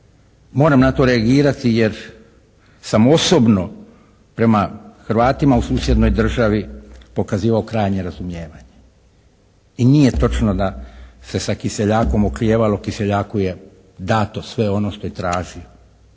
Moram na to reagirati jer sam osobno prema Hrvatima u susjednoj državi pokazivao krajnje razumijevanje. I nije točno da se sa Kiseljakom oklijevalo. Kiseljaku je dato sve ono što je tražio